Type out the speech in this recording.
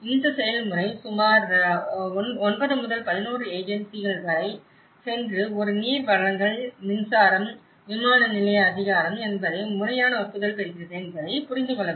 இந்த செயல்முறை சுமார் 9 முதல் 11 ஏஜென்சிகள் வரை சென்று ஒரு நீர்வழங்கல் மின்சாரம் விமான நிலைய அதிகாரம் என்பதை முறையான ஒப்புதல் பெறுகிறது என்பதை புரிந்து கொள்ள வேண்டும்